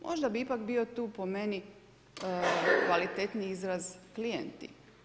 Možda bi ipak bio tu po meni kvalitetniji izraz klijenti.